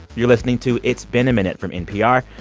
you're listening to it's been a minute from npr.